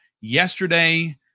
Yesterday